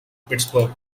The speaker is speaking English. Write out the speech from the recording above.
pittsburgh